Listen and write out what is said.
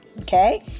okay